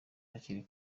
hakiri